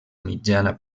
mitjana